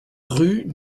rue